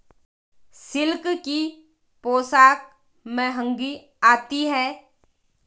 silk की पोशाक महंगी आती है